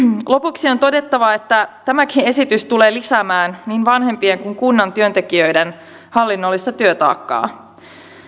lopuksi on todettava että tämäkin esitys tulee lisäämään niin vanhempien kuin kunnan työntekijöiden hallinnollista työtaakkaa